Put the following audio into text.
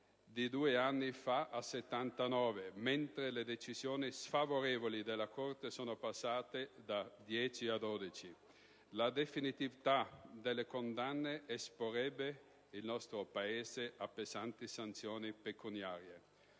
di due anni fa a 79, mentre le decisioni sfavorevoli della Corte sono passate da 10 a 12. La definitività delle condanne esporrebbe il nostro Paese a pesanti sanzioni pecuniarie.